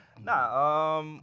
Nah